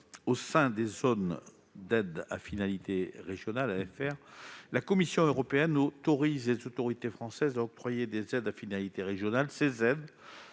Au sein des zones d'aide à finalité régionale (ZAFR), la Commission européenne autorise les autorités françaises à octroyer des aides spécifiques. Ces aides